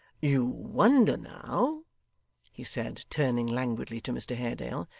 you wonder now he said, turning languidly to mr haredale,